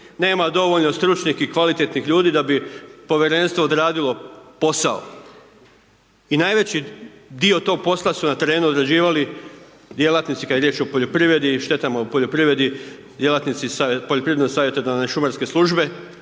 nema dovoljno stručnih i kvalitetnih ljudi da bi povjerenstvo odradilo posao. I najveći dio tog posla su na terenu odrađivali djelatnici kad je riječ o poljoprivredi i štetama u poljoprivredi, djelatnici Poljoprivredno-savjetodavne šumarske službe